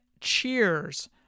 Cheers